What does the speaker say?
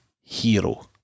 hero